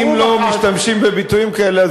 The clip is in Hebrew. שאם לא משתמשים בביטויים כאלה,